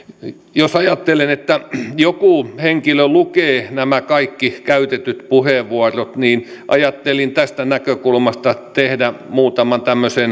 jos ajattelen että joku henkilö lukee nämä kaikki käytetyt puheenvuorot niin ajattelin tästä näkökulmasta tehdä muutaman